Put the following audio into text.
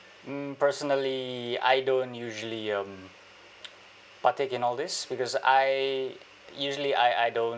mm personally I don't usually um partake in all this because I usually I I don't